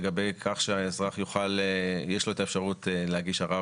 לגבי כך שלאזרח יש את האפשרות להגיש ערר